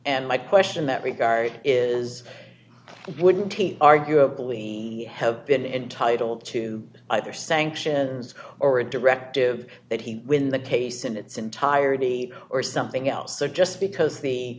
and my question that regard is would take arguably have been entitled to either sanctions or a directive that he win the case in its entirety or something else that just because the